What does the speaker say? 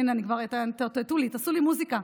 הינה, אני כבר, תאותתו לי, תעשו לי מוזיקה,